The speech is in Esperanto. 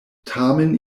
tamen